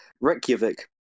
Reykjavik